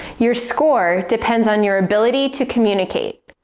your score depends on your ability to communicate,